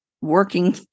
working